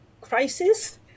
crisis